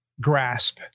grasp